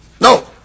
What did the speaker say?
No